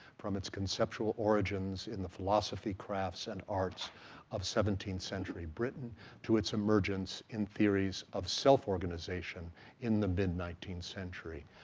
from its conceptual origins in the philosophy, crafts, and arts of seventeenth century britain to its emergence in theories of self-organization in the mid nineteenth century.